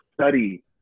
study